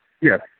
Yes